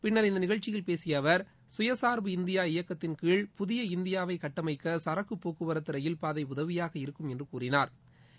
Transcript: பின்னர் இந்த நிகழ்ச்சியில் பேசிய அவர் சுயசார்பு இந்தியா இயக்கத்தின்கீழ் புதிய இந்தியாவை கட்டமைக்க் சரக்கு போக்குவரத்து ரயில்பாதை உதவியாக இருக்கும் என்று கூறினாா்